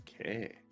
Okay